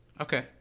Okay